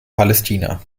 palästina